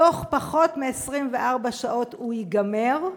בתוך פחות מ-24 שעות הוא ייגמר,